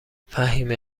فهیمه